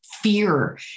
fear